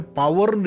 power